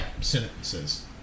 sentences